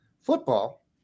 football